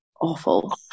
Awful